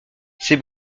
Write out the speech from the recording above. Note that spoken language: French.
c’est